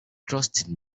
trusted